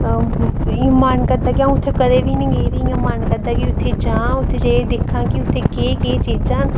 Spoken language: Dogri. मन करदा कि अ'ऊं उत्थै कदें बी नेईं गेदी मन करदा कि उत्थै जां उत्थै जाइयै दिक्खां कि उत्थै केह् केह् चीजां न